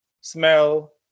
smell